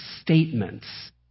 statements